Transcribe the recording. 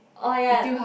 orh ya